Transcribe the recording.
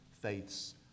faiths